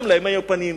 גם להם היו פנים,